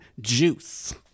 juice